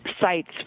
sites